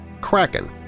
Kraken